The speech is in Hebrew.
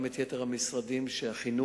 גם את יתר המשרדים שהם,